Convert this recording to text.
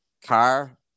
Car